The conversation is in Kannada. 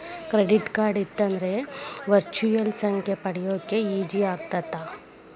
ಕ್ರೆಡಿಟ್ ಕಾರ್ಡ್ ಇತ್ತಂದ್ರ ವರ್ಚುಯಲ್ ಸಂಖ್ಯೆ ಪಡ್ಯಾಕ ಈಜಿ ಆಗತ್ತ?